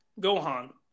Gohan